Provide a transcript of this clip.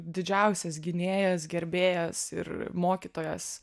didžiausias gynėjas gerbėjas ir mokytojas